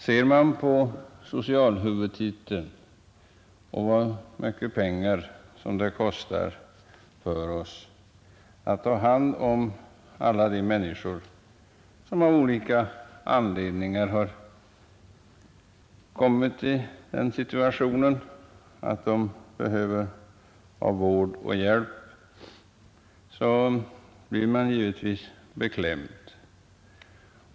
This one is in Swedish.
Ser man på socialhuvudtiteln och på hur mycket pengar det kostar att ta hand om alla de människor som av olika anledningar kommit i den situationen att de behöver vård och hjälp så blir man givetvis beklämd.